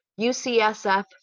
UCSF